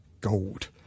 gold